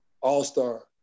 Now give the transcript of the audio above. all-star